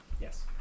Yes